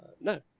No